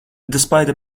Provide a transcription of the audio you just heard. despite